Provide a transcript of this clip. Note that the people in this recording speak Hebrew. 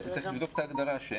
צריך לבדוק את ההגדרה.